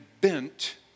bent